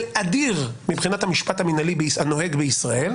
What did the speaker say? אדיר מבחינת המשפט המינהלי הנוהג בישראל,